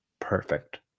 perfect